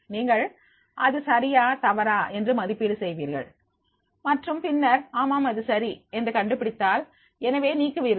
நீங்கள் அது சரியா தவறா என்று மதிப்பீடு செய்வீர்கள் மற்றும் பின்னர் ஆமாம் அது சரி என்று கண்டுபிடித்தால் எனவே நீக்குவீர்கள்